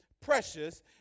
precious